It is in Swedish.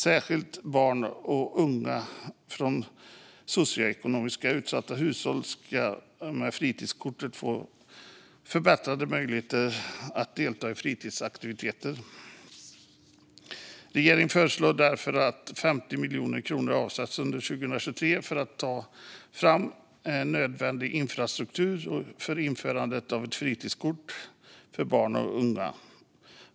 Särskilt barn och unga från socioekonomiskt utsatta hushåll ska med fritidskortet få förbättrade möjligheter att delta i fritidsaktiviteter. Regeringen föreslår därför att 50 miljoner kronor avsätts under 2023 för att ta fram nödvändig infrastruktur för införandet av ett fritidskort till barn och unga.